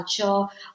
culture